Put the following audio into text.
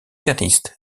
pianiste